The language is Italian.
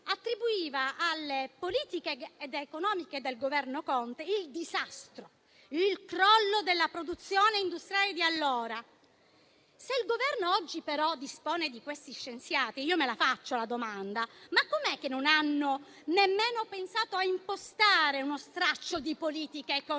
attribuiva alle politiche economiche dal Governo Conte il disastro e il crollo della produzione industriale di allora. Se il Governo oggi però dispone di questi scienziati, me la faccio una domanda: ma com'è che non hanno nemmeno pensato a impostare uno straccio di politica economica